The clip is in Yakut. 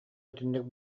итинник